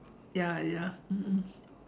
ya ya mm mm